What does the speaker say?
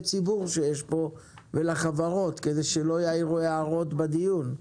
הציבור שנמצאים כאן ולחברות כדי שלא יעירו הערות בדיון.